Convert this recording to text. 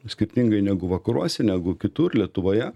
skirtingai negu vakaruose negu kitur lietuvoje